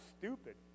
stupid